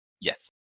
Yes